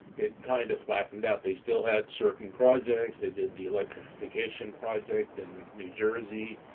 it kind of flattened out. they still had certain projects they did the electrification project in new jersey,